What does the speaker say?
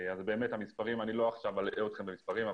ולא אלאה אתכם עכשיו במספרים,